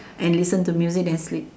and listen to music then sleep